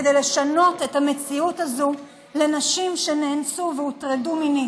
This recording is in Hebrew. כדי לשנות את המציאות הזו של נשים שנאנסו והוטרדו מינית.